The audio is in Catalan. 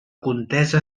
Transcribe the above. contesa